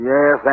Yes